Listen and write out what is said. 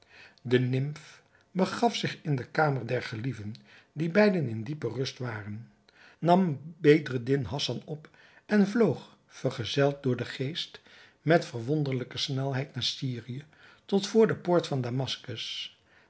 de nimf begaf zich in de kamer der gelieven die beide in diepe rust waren nam bedreddin hassan op en vloog vergezeld door den geest met verwonderlijke snelheid naar syrië tot voor de poort van damaskus